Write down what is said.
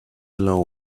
alone